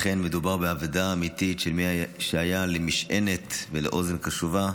לכן מדובר באבדה אמיתית של מי שהיה למשענת ולאוזן קשובה.